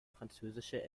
französische